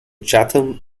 chatham